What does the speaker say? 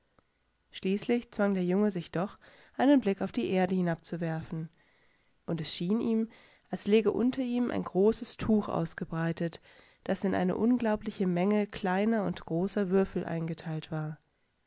schließlich zwang der junge sich doch einen blick auf die erde hinabzuwerfen und es schien ihm als liege unter ihm ein großes tuch ausgebreitet das in eine unglaubliche menge kleiner und großer würfel eingeteiltwar woinallerweltbinichnurhingekommen